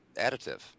additive